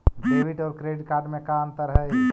Debit और credit card में का अंतर हइ?